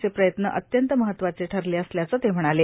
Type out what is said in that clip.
चे प्रयत्न अत्यंत महत्वाचे ठरले असल्याचं ते म्हणाले